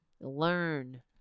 Learn